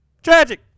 tragic